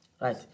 Right